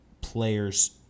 players